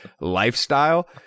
lifestyle